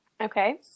okay